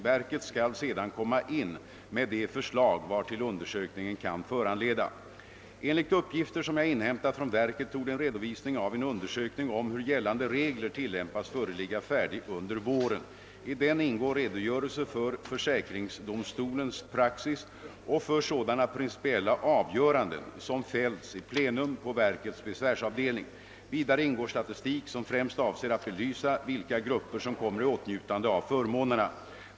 Verket skall sedan komma in med de förslag vartill undersökningen kan föranleda. Enligt uppgifter som jag inhämtat från verket torde en redovisning av en undersökning om hur gällande regler tillämpas föreligga färdig under våren. I den ingår redogörelse för försäkringsdomstolens praxis och för sådana principiella avgöranden som fällts i plenum på verkets besvärsavdelning. Vidare ingår statistik, som främst avser att belysa vilka grupper som kommer i åtnjutande av förmånerna.